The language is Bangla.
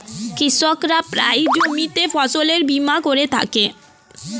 কৃষকরা প্রায়ই জমিতে ফসলের বীমা করে থাকে